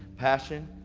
passion.